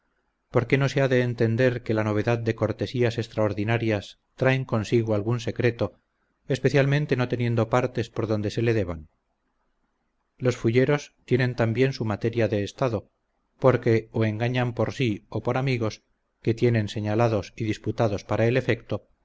por qué no se ha de entender que la novedad de cortesías extraordinarias traen consigo algún secreto especialmente no teniendo partes por donde se le deban los fulleros tienen también su materia de estado porque o engañan por si o por amigos que tienen señalados y diputados para el efecto